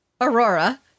Aurora